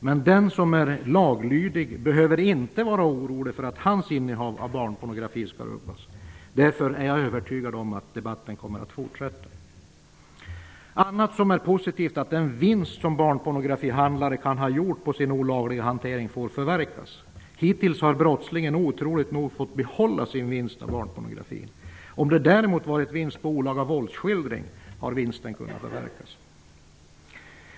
Men den som är laglydig behöver inte vara orolig för att hans innehav av barnpornografi skall rubbas. Därför är jag övertygad om att debatten kommer att fortsätta. Annat som är positivt är att den vinst som barnpornografihandlare kan ha gjort på sin olagliga hantering får förverkas. Hittills har brottslingen otroligt nog fått behålla sin vinst på barnpornografin. Om det däremot varit vinst på olaga våldsskildring har vinsten kunnat förverkas.